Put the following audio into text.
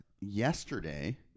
yesterday